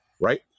right